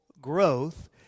growth